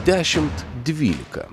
dešimt dvylika